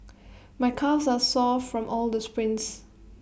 my calves are sore from all the sprints